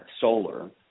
solar